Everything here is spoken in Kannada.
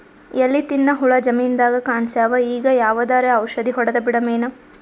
ಎಲಿ ತಿನ್ನ ಹುಳ ಜಮೀನದಾಗ ಕಾಣಸ್ಯಾವ, ಈಗ ಯಾವದರೆ ಔಷಧಿ ಹೋಡದಬಿಡಮೇನ?